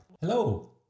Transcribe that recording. Hello